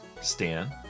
Stan